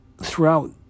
Throughout